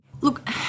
Look